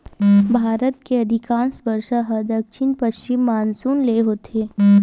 भारत के अधिकांस बरसा ह दक्छिन पस्चिम मानसून ले होथे